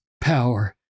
power